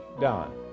Don